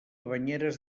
banyeres